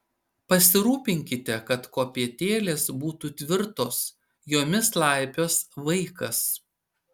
pasirūpinkite kad kopėtėlės būtų tvirtos jomis laipios vaikas